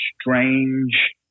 strange